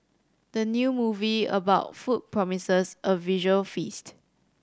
the new movie about food promises a visual feast